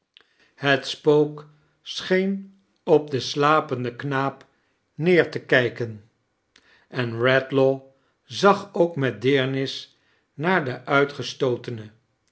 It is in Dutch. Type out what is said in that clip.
het spook scheen op den slapenden knaap neer te kijken en redlaw zag ook met deemis naar den uitgestootene